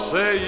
Say